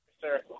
Sir